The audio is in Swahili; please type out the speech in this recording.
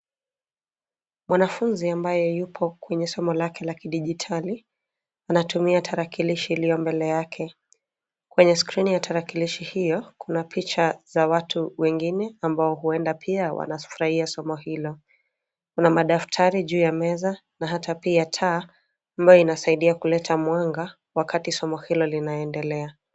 Mwanafunzi ambaye yuko kwenye somo lake la kidijitali anatumia tarakilishi iliyo mbele yake. Kwenye skrini ya tarakilishi hiyo kuna picha za watu wengine ambao huenda pia wanafurahia somo hilo. Kuna madaftari juu ya meza na hata pia taa ambayo inasaidia kuleta mwanga wakati somo hilo linaendelea.